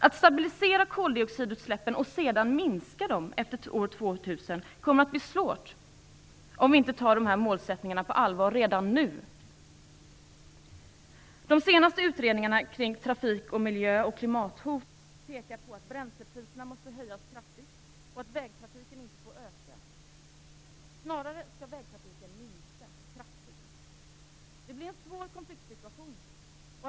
Att stabilisera koldioxidutsläppen och sedan minska dem efter år 2000 kommer att bli svårt om vi inte tar dessa målsättningar på allvar redan nu. De senaste utredningarna kring trafik, miljö och klimathot pekar på att bränslepriserna måste höjas kraftigt och att vägtrafiken inte får öka. Snarare skall vägtrafiken minska kraftigt. Det blir en svår konfliktsituation.